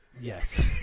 Yes